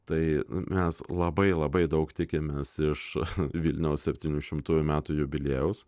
tai mes labai labai daug tikimės iš vilniaus septynišimtųjų metų jubiliejaus